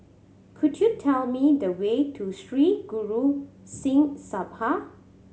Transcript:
could you tell me the way to Sri Guru Singh Sabha